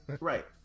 Right